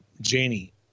Janie